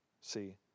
see